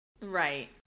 Right